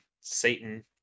Satan